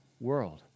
world